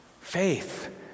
Faith